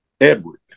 Edward